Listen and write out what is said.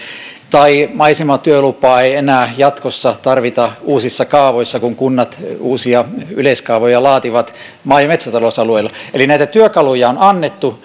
ja maisematyölupaa ei enää jatkossa tarvita uusissa kaavoissa kun kunnat uusia yleiskaavoja laativat maa ja metsätalousalueille eli näitä työkaluja on annettu